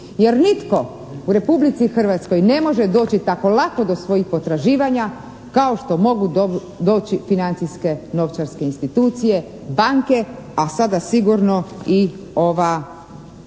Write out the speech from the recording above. jer nitko u Republici Hrvatskoj ne može doći tako lako do svojih potraživanja kao što mogu doći financijske novčarske institucije, banke, a sada sigurno i ova,